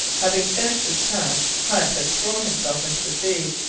having finished his task, hunt had thrown himself into the sea,